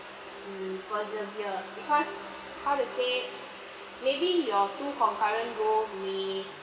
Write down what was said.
mm persevere because how to say maybe your too concurrent goal may